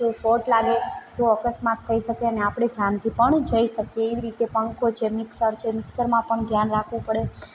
જો શોટ લાગે તો અકસ્માત થઇ શકે ને આપણે જાનથી પણ જઈ શકીએ એવી રીતે પંખો છે મિક્સર છે મિક્સરમાં પણ ધ્યાન રાખવું પડે